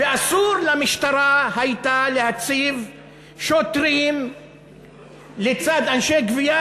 ואסור היה לה להציב שוטרים לצד אנשי גבייה